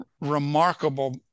remarkable